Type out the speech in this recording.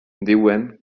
diuen